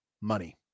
money